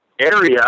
area